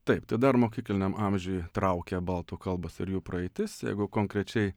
taip tai dar mokykliniam amžiuj traukė baltų kalbos ir jų praeitis jeigu konkrečiai